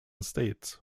states